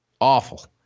Awful